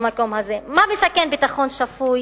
במקום הזה, מה מסכן ביטחון שפוי